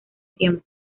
tiempo